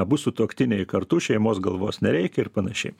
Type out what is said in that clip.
abu sutuoktiniai kartu šeimos galvos nereikia ir panašiai